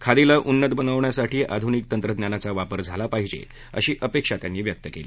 खादीला उन्नत बनवण्यासाठी आधुनिक तंत्रज्ञानाचा वापर झाला पाहिजे अशी अपेक्षा त्यांनी व्यक्त केली